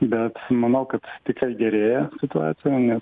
bet manau kad tikrai gerėja situacija nes